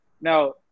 Now